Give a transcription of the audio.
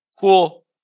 Cool